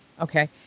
Okay